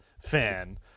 fan